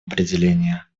определения